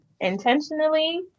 intentionally